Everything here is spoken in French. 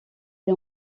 est